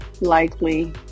likely